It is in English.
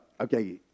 Okay